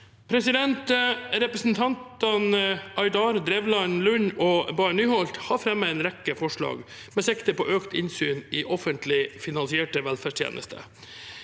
sommeren 2024. Representantene Aydar, Drevland Lund og Bae Nyholt har fremmet en rekke forslag med sikte på økt innsyn i offentlig finansierte velferdstjenester.